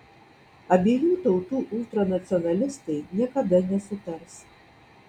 abiejų tautų ultranacionalistai niekada nesutars